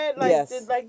Yes